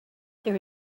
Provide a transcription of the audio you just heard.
there